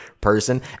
person